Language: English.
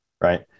right